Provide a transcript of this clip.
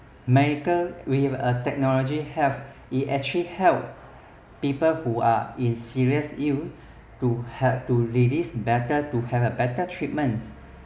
medical with technology's help it actually helps people who are in serious ill to help to relief better to have a better treatment